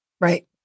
Right